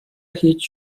هیچ